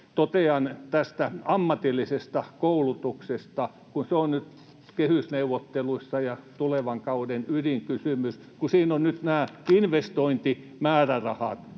Totean ammatillisesta koulutuksesta, kun se on nyt kehysneuvotteluissa ja tulevan kauden ydinkysymys. Siinä on nyt nämä investointimäärärahat.